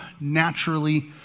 naturally